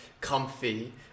comfy